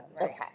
Okay